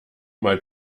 mal